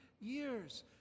years